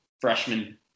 freshman